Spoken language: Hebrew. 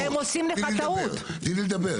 תני לי לדבר, תני לי לדבר.